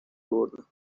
اوردم